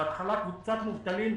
בהתחלה קבוצת מובטלים,